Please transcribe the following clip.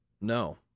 no